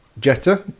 Jetta